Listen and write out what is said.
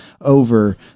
over